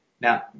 Now